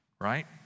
right